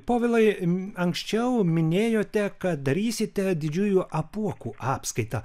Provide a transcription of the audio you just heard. povilai anksčiau minėjote kad darysite didžiųjų apuokų apskaitą